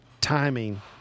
Timing